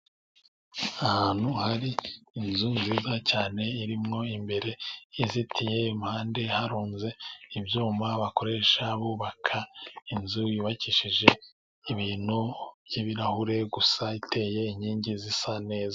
Ahantu hari inzu nziza cyane. Irimo imbere izitiye impande harunze ibyuma bakoresha bubaka. Inzu yubakishije ibintu by'ibirahure gusa, iteye inkingi zisa neza.